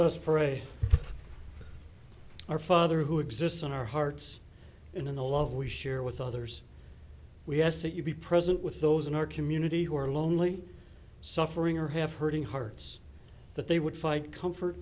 us pray our father who exists in our hearts and in the love we share with others we ask that you be present with those in our community who are lonely suffering or have hurting hearts that they would fight comfort